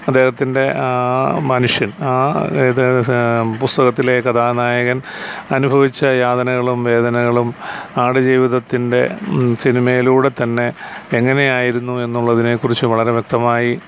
അദ്ദേഹത്തിൻ്റെ ആ മനുഷ്യൻ ആ അതായത് പുസ്തകത്തിലെ കഥാനായകൻ അനുഭവിച്ച യാതനകളും വേദനകളും ആടുജീവിതത്തിൻ്റെ സിനിമയിലൂടെ തന്നെ എങ്ങനെയായിരുന്നു എന്നുള്ളതിനെ കുറിച്ച് വളരെ വ്യക്തമായി